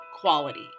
quality